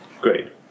Great